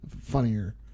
funnier